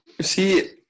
see